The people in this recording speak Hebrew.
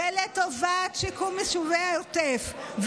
לטובת שיקום יישובי העוטף,